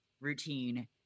routine